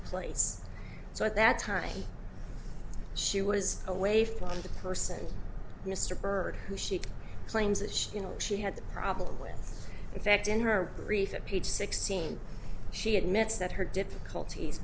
place so at that time she was away from the person mr byrd who she claims that she you know she had the problem with in fact in her grief at page sixteen she admits that her difficulties